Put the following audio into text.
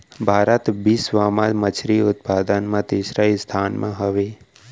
भारत बिश्व मा मच्छरी उत्पादन मा तीसरा स्थान मा हवे